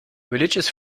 religious